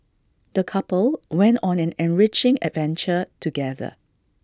the couple went on an enriching adventure together